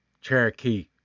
cherokee